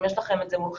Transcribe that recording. אם יש לכם את זה מולכם,